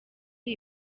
iyi